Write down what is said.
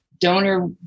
donor